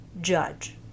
judge